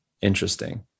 interesting